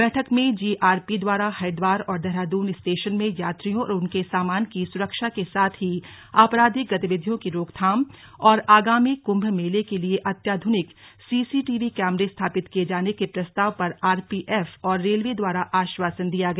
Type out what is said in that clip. बैठक में जीआरपी द्वारा हरिद्वार और देहरादून स्टेशन में यात्रियों और उनके सामान की सुरक्षा के साथ ही आपराधिक गतिविधियों की रोकथाम और आगामी कुम्भ मेले के लिए अत्याधुनिक सीसीटीवी कैमरे स्थापित किये जाने के प्रस्ताव पर आरपीएफ और रेलवे द्वारा आश्वासन दिया गया